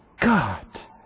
God